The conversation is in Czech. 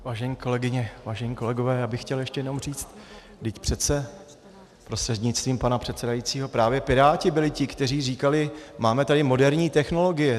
Vážené kolegyně, vážení kolegové, já bych chtěl ještě jenom říct, vždyť přece prostřednictvím pana předsedajícího právě piráti byli ti, kteří říkali: máme tady moderní technologie.